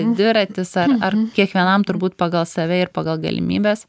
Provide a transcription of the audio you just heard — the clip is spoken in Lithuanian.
dviratis ar ar kiekvienam turbūt pagal save ir pagal galimybes